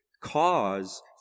cause